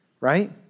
right